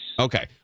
Okay